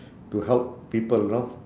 to help people know